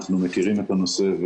אנחנו מכירים את הנושא,